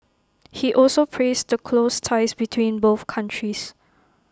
he also praised the close ties between both countries